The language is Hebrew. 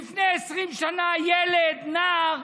שלפני 20 שנה ילד, נער,